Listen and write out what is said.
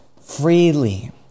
freely